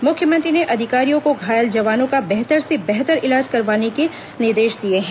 मुख्यमंत्री ने अधिकारियों को घायल जवानों का बेहतर से बेहतर इलाज करवाने के निर्देश दिए हैं